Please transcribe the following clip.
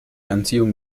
anziehung